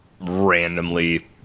randomly